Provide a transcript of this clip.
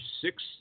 six